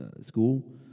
school